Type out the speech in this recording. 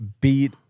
beat